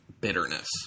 bitterness